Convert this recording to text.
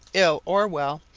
ill or well,